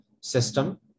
system